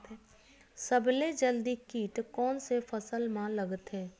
सबले जल्दी कीट कोन से फसल मा लगथे?